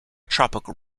tropical